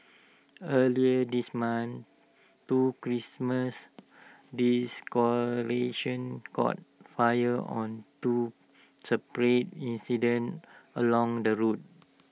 earlier this month two Christmas caught fire on two separate incidents along the road